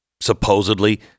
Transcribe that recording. supposedly